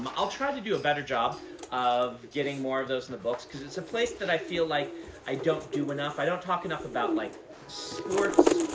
um i'll try to do a better job of getting more of those in the books, because it's a place that i feel like i don't do enough. i don't talk enough about like sports.